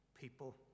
people